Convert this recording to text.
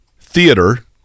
theater